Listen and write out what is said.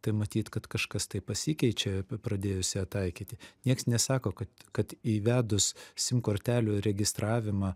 tai matyt kad kažkas tai pasikeičia pa pradėjus ją taikyti nieks nesako kad kad įvedus sim kortelių registravimą